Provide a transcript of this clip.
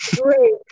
Great